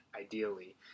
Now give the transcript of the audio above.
ideally